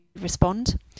respond